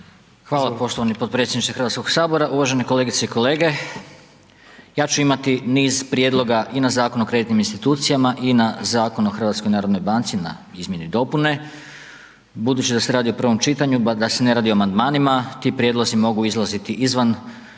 Hvala poštovani potpredsjedniče Hrvatskog sabora. Uvažene kolegice i kolege, ja ću imati niz prijedloga i na Zakon o kreditnim institucija i na Zakon o HNB-u na izmjene i dopune. Budući da se radi o prvom čitanju, da se ne radi o amandmanima ti prijedlozi mogu izlaziti izvan